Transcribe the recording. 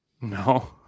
No